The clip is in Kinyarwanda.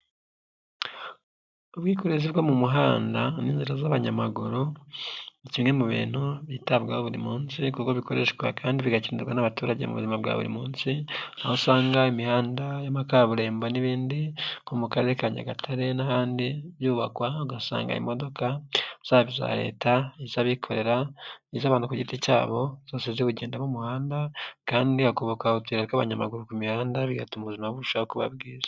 Ubwikorezi bwo mu muhanda n'inzira z'abanyamaguru, ni kimwe mu bintu byitabwaho buri munsi kuko bikoreshwa kandi bigakenerwa n'abaturage mu buzima bwa buri munsi, aho usanga imihanda ya kaburimbo n'ibindi nko mu karere ka Nyagatare n'ahandi byubakwa ugasanga imodoka zaba iza leta iz'abikorera n'iz'abantu ku giti cyabo zose ziwugendamo umuhanda, kandi hakubaka utuyira tw'abanyamaguru ku mihanda bigatuma ubuzima burushaho kuba bwiza.